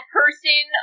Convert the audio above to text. person